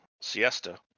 siesta